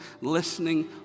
listening